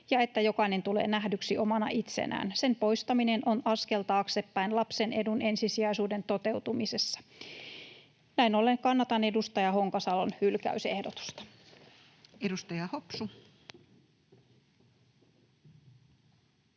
ja että jokainen tulee nähdyksi omana itsenään. Sen poistaminen on askel taaksepäin lapsen edun ensisijaisuuden toteutumisessa. Näin ollen kannatan edustaja Honkasalon hylkäysehdotusta. [Speech 240]